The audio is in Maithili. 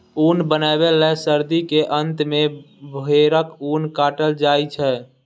ऊन बनबै लए सर्दी के अंत मे भेड़क ऊन काटल जाइ छै